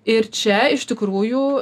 ir čia iš tikrųjų